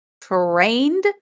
trained